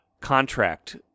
contract